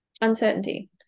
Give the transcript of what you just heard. uncertainty